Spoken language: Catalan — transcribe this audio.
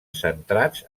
centrats